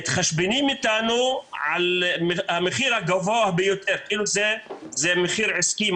מתחשבנים איתנו על המחיר הגבוה ביותר כאילו זה מחיר עסקי,